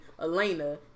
Elena